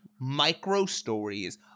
micro-stories